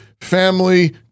family